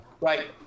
Right